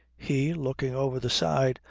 he, looking over the side,